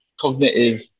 cognitive